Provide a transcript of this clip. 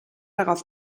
darauf